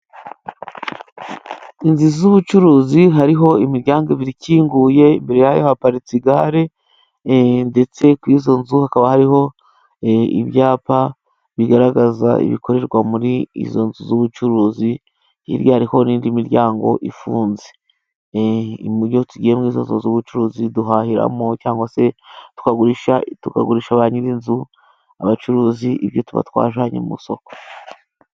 Inzu z'ubucuruzi hariho imiryango ibiri ikinguye imbere yayo haparitse igare, ndetse kuri izo nzu hakaba hariho ibyapa bigaragaza ibikorerwa muri izo nzu z'ubucuruzi, hirya hariho n'indi miryango ifunze, iyo tugiye muri izo nzu z'ubucuruzi duhahiramo cyangwa se twagurisha tukagurisha ba nyir'inzu, abacuruzi ibyo tuba twajyanye mu isoko.